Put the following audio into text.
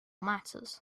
matters